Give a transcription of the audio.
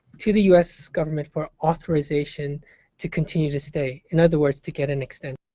to the u s. government for authorization to continue to stay, in other words, to get an extension.